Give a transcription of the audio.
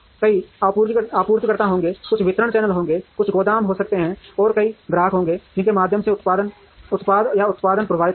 कई आपूर्तिकर्ता होंगे कुछ वितरण चैनल होंगे कुछ गोदाम हो सकते हैं और कई ग्राहक होंगे जिनके माध्यम से उत्पाद या उत्पाद प्रवाहित होंगे